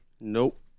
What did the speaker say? Nope